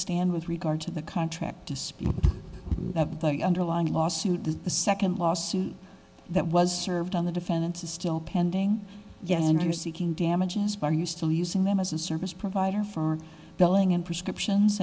stand with regard to the contract dispute that the underlying lawsuit that the second lawsuit that was served on the defendants is still pending and you are seeking damages are you still using them as a service provider for billing and prescriptions